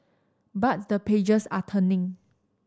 but the pages are turning